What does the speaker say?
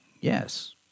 Yes